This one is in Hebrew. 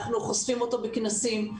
אנחנו חושפים אותו בכנסים,